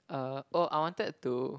uh oh I wanted to